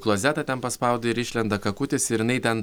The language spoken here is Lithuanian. klozetą ten paspaudi ir išlenda kakutis ir jinai ten